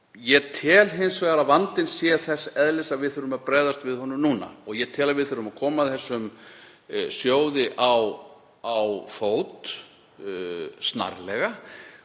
Ég tel hins vegar að vandinn sé þess eðlis að við þurfum að bregðast við honum núna. Ég tel að við þurfum snarlega að koma þessum sjóði á fót og